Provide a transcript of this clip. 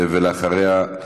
אחריו,